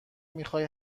میخای